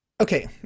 Okay